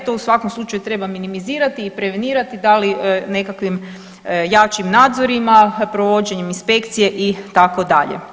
To u svakom slučaju treba minimizirati i prevenirati da li nekakvim jačim nadzorima, provođenjem inspekcije itd.